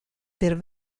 per